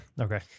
Okay